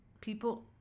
people